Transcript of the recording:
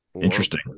Interesting